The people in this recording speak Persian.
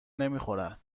نمیخورن